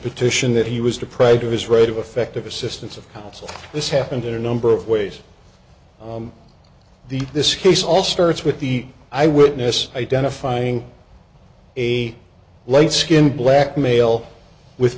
petition that he was deprived of his right of effective assistance of counsel this happened there number of ways the this case all starts with the eye witness identifying a light skinned black male with